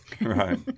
Right